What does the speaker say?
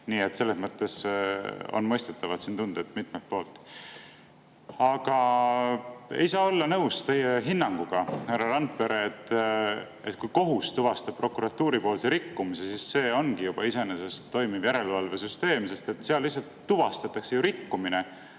Nii et selles mõttes on mõistetavad siin tunded mitmelt poolt. Aga ei saa olla nõus teie hinnanguga, härra Randpere, et kui kohus tuvastab prokuratuuri rikkumise, siis see ongi juba iseenesest toimiv järelevalvesüsteem, sest seal lihtsalt tuvastatakse rikkumine,